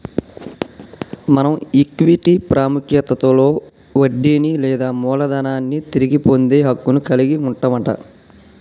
మనం ఈక్విటీ పాముఖ్యతలో వడ్డీని లేదా మూలదనాన్ని తిరిగి పొందే హక్కును కలిగి వుంటవట